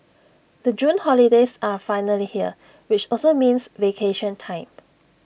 the June holidays are finally here which also means vacation time